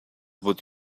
with